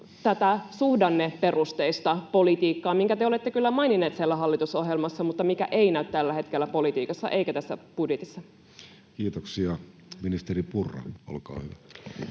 tätä suhdanneperusteista politiikkaa, minkä te olette kyllä maininneet siellä hallitusohjelmassa mutta mikä ei näy tällä hetkellä politiikassa eikä tässä budjetissa? [Speech 34] Speaker: Jussi Halla-aho